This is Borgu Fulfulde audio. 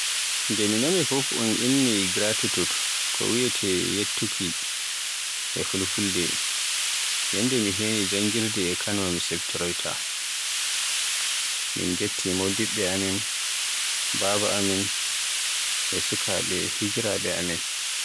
Nde mi nani fuf un inni gratitude ko wiyeete "yettuki" e Fulfulde, yannde mi heyni janngirde e Kano mi siftoroyta, min ngetti modibbe amin, baba amin, e sakiraabe e higiraabe amin.